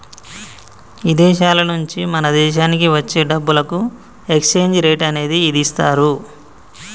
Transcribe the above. ఇదేశాల నుంచి మన దేశానికి వచ్చే డబ్బులకు ఎక్స్చేంజ్ రేట్ అనేది ఇదిస్తారు